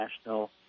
national